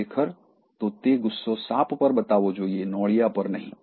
ખરેખર તો તે ગુસ્સો સાપ ઉપર બતાવવો જોઈએ નોળિયા ઉપર નહીં